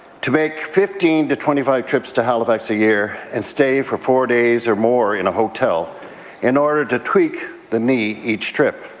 to make fifteen to twenty five trips to halifax a year and stay for four days or more in a hotel in order to tweak the knee each trip.